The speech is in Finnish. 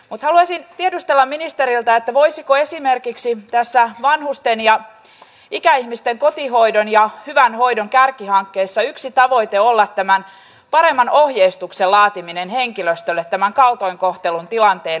mutta haluaisin tiedustella ministeriltä voisiko esimerkiksi tässä vanhusten ja ikäihmisten kotihoidon ja hyvän hoidon kärkihankkeessa yksi tavoite olla tämän paremman ohjeistuksen laatiminen henkilöstölle tämän kaltoinkohtelutilanteen kohtaamisissa